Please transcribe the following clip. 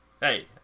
Hey